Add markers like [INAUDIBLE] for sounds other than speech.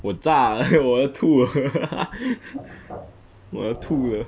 我咋 [LAUGHS] 我要吐 [LAUGHS] 我要吐了